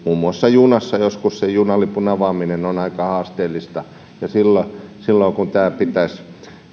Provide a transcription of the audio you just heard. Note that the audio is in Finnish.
muun muassa junassa joskus se junalipun avaaminen on aika haasteellista ja silloin kun tämän tunnistamisen pitäisi